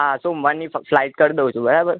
આ સોમવારની ફ્લાઇટ કરી દઉં છું બરાબર